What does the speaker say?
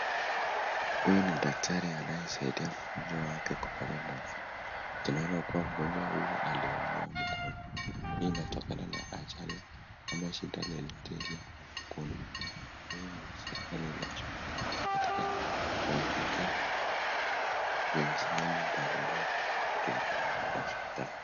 Huyu ni daktari anayesaidia mgonjwa wake kupata nafuu, tunaona kuwa mgonjwa huyu aliumia mkono, hii inatokana na ajali ama shida lolote ile ya mkono. Hii ni juhudi ya serikali kuwafikia wagonjwa kwenye sehemu mbalimbali kuhudumiwa hosiptali.